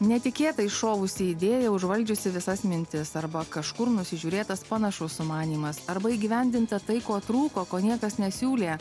netikėtai šovusi idėja užvaldžiusi visas mintis arba kažkur nusižiūrėtas panašus sumanymas arba įgyvendinta tai ko trūko ko niekas nesiūlė